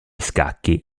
scacchi